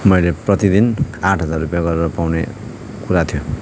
मैले प्रतिदिन आठ हजार रुपियाँ गरेर पाउने कुरा थियो